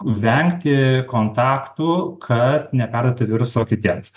vengti kontaktų kad neperduotų viruso kitiems